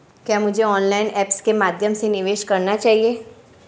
क्या मुझे online apps के माध्यम से निवेश करना चाहिए?